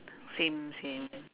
same same